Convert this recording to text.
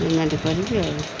payment କରିବି ଆଉ